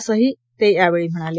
असं ही ते यावेळी म्हणाले